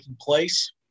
place